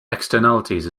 externalities